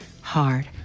hard